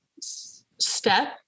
step